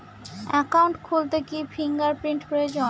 Account খুলতে কি fingerprint প্রয়োজন?